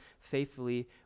faithfully